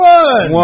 one